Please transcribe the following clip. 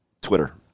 Twitter